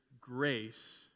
grace